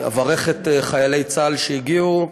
אני אברך את חיילי צה"ל שהגיעו.